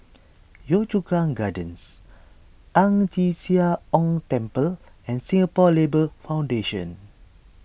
Yio Chu Kang Gardens Ang Chee Sia Ong Temple and Singapore Labour Foundation